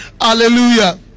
Hallelujah